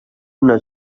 una